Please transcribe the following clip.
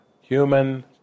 Human